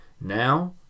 Now